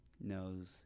knows